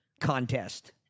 contest